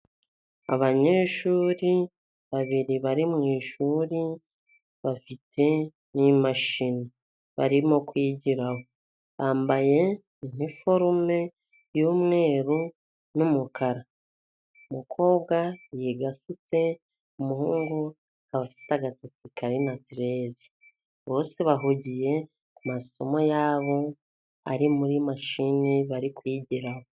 Abanyeshuri babiri bari mu ishuri bafite n'imashini barimo kwigiraho , bambaye iniforume y'umweru n'umukara , umukobwa yiga asutse, umuhungu aba afite agasatsi kari natirere , bose bahugiye ku masomo yabo ari muri mashine bari kwigiraho.